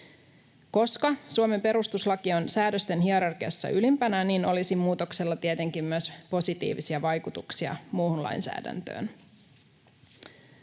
Koska Suomen perustuslaki on säädösten hierarkiassa ylimpänä, olisi muutoksella tietenkin myös positiivisia vaikutuksia muuhun lainsäädäntöön.